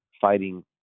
fighting